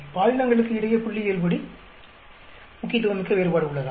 பாலினங்களுக்கு இடையே புள்ளியியல்படி முக்கியத்துவமிக்க வேறுபாடு உள்ளதா